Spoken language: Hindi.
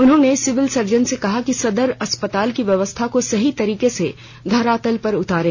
उन्होंने सिविल सर्जन से कहा कि सदर अस्पताल की व्यवस्था को सही तरीके से धरातल पर उतारें